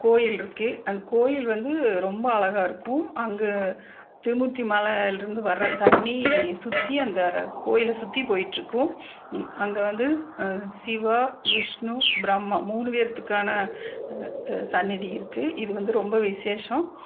கோயில் இருக்குது அந்த கோயில் வந்து ரொம்ப அழகாக இருக்கும் அங்கே திருமூர்த்தி மலையிலேருந்து வர தண்ணீர் சுற்றியும் அந்த கோயிலை சுற்றி போயிகிட்ருக்கும் அங்கே வந்து சிவா விஷ்ணு பிரம்மா மூணு பேர்த்துக்கான சன்னிதி இருக்குது இது வந்து ரொம்ப விசேஷம்